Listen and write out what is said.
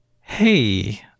Hey